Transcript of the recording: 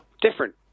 different